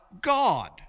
God